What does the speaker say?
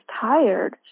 tired